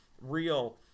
real